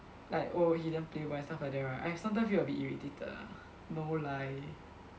like oh he damn playboy and stuff like that right I sometime feel a bit irritated ah no lie